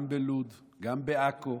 גם בלוד, גם בעכו,